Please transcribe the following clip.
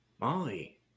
Molly